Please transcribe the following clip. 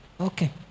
Okay